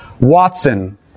Watson